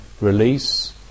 release